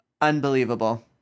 unbelievable